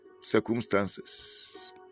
circumstances